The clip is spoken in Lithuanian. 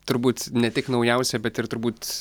turbūt ne tik naujausia bet ir turbūt